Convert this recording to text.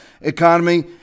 economy